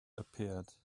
appeared